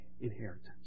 inheritance